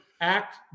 act